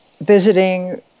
visiting